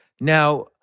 Now